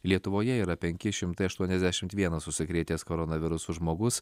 lietuvoje yra penki šimtai aštuoniasdešimt vienas užsikrėtęs koronavirusu žmogus